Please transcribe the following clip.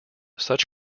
such